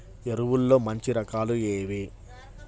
ఎరువుల్లో మంచి రకాలు ఏవి?